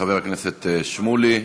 חבר הכנסת שמולי.